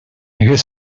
his